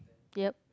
yup